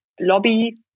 lobby